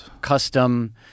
custom